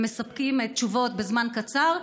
הם מספקים תשובות בזמן קצר,